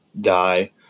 die